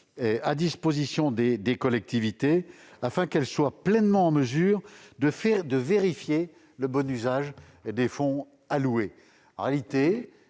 à disposition des collectivités, afin qu'elles soient pleinement en mesure de vérifier le bon usage des fonds alloués.